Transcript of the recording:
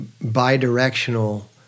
bi-directional